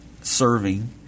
serving